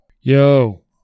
Yo